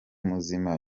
muzima